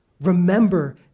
remember